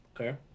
okay